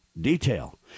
detail